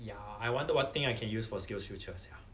ya I wonder what thing I can use for SkillsFuture sia